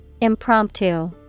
Impromptu